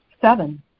Seven